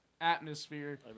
atmosphere